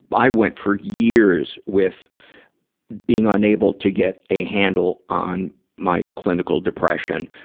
i went for years with being unable to get a handle on my clinical depression,